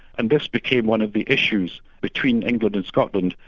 and this became one of the issues between england and scotland.